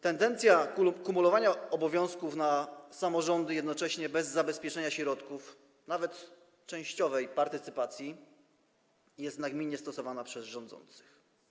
Tendencja kumulowania obowiązków, jeśli chodzi o samorządy, jednocześnie bez zabezpieczenia środków, nawet częściowej partycypacji, jest nagminnie stosowana przez rządzących.